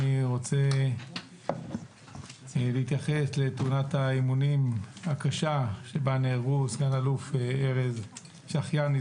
אני רוצה להתייחס לתאונת האימונים הקשה שבה נהרגו סא"ל ארז שחייני,